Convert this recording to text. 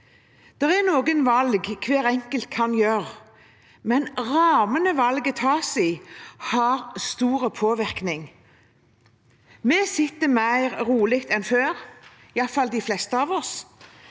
Det er noen valg hver enkelt kan gjøre, men rammene valgene tas i, har stor påvirkning. Vi sitter mer rolig enn før, iallfall de fleste av oss.